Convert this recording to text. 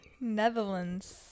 Netherlands